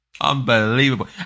Unbelievable